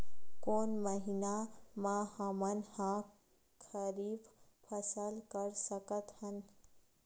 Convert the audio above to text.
कोन महिना म हमन ह खरीफ फसल कर सकत हन?